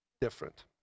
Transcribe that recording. different